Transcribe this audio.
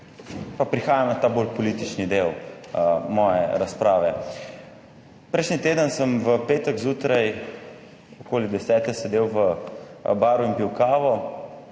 prihajam na ta bolj politični del moje razprave. Prejšnji teden sem v petek zjutraj okoli 10. ure sedel v baru in pil kavo,